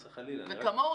חס וחלילה, אני רק מברר.